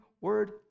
word